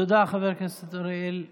תודה, חבר הכנסת אוריאל בוסו.